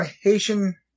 Haitian